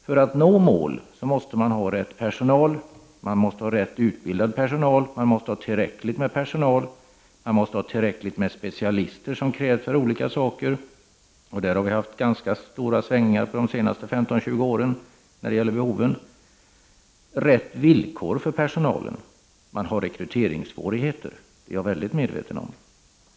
För att nå målen måste man ha rätt personal, rätt utbildad personal, tillräckligt med personal, tillräckligt med sådana specialister som krävs för olika uppgifter — och därvidlag har behoven svängt ganska mycket under de senaste 15-20 åren. Och det måste vara rätt villkor för personalen. Man har rekryteringssvårigheter — det är jag mycket medveten om.